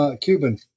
Cuban